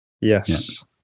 Yes